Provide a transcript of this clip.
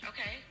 Okay